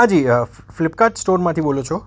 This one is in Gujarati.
હા જી ફ્લિપકાટ સ્ટોરમાંથી બોલો છો